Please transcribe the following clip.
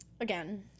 Again